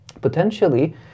potentially